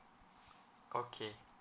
okay